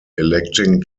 electing